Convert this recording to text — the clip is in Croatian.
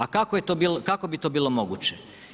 A kako bi to bilo moguće?